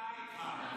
מזדהה איתך.